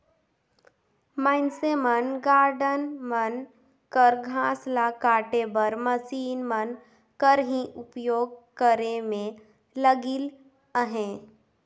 मइनसे मन गारडन मन कर घांस ल काटे बर मसीन मन कर ही उपियोग करे में लगिल अहें